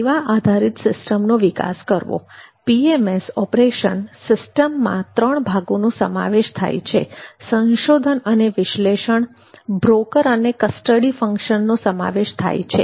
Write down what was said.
સેવા આધારિત સિસ્ટમનો વિકાસ કરવો પીએમએસ ઓપરેશન સિસ્ટમ માં ત્રણ ભાગોનો સમાવેશ થાય છે સંશોધન અને વિશ્લેષણ બ્રોકર અને કસ્ટડી ફંકશનનો સમાવેશ થાય છે